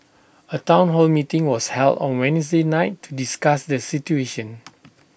A Town hall meeting was held on Wednesday night to discuss the situation